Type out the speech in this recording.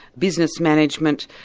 business management,